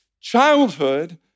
childhood